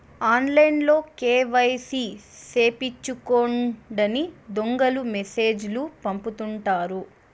ఆన్లైన్లో కేవైసీ సేపిచ్చుకోండని దొంగలు మెసేజ్ లు పంపుతుంటారు